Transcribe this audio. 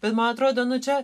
bet man atrodo nu čia